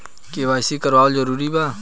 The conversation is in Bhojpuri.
के.वाइ.सी करवावल जरूरी बा?